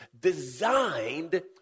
designed